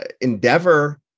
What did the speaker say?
Endeavor